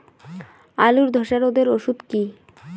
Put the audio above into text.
আলুর ধসা রোগের ওষুধ কি?